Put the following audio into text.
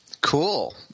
Cool